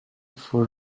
for